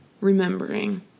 remembering